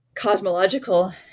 cosmological